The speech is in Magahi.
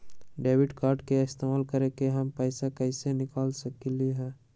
डेबिट कार्ड के इस्तेमाल करके हम पैईसा कईसे निकाल सकलि ह?